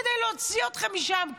כדי להוציא אתכם משם,